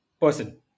person